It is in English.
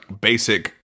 basic